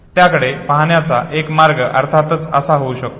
त्याकडे पाहण्याचा एक मार्ग अर्थातच असा होऊ शकतो